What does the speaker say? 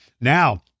Now